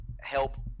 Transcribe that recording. help